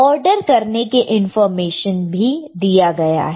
order करने के information भी दिया गया है